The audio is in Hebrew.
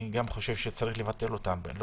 יש לבטל אותה, לטעמי.